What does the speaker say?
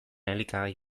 elikagai